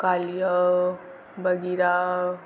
Kaliya Bagheera